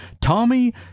Tommy